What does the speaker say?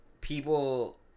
people